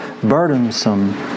burdensome